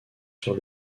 sur